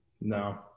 No